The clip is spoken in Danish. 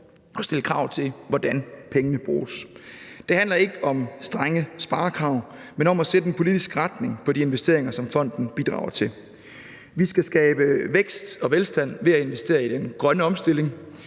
at stille krav til, hvordan pengene bruges. Det handler ikke om strenge sparekrav, men om at sætte en politisk retning på de investeringer, som fonden bidrager til. Vi skal skabe vækst og velstand ved at investere i den grønne omstilling.